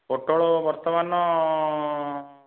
ପୋଟଳ ବର୍ତ୍ତମାନ